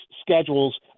schedules